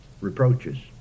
reproaches